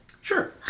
Sure